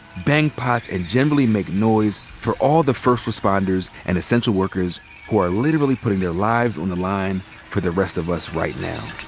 bang pots and generally make noise for all the first responders and essential workers who are literally putting their lives on the line for the rest of us right now.